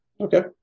Okay